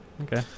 Okay